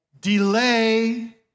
Delay